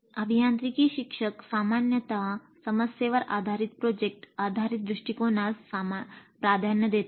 अभियांत्रिकी शिक्षक सामान्यत समस्येवर आधारित प्रोजेक्ट आधारित दृष्टिकोनास प्राधान्य देतात